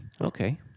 Okay